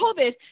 COVID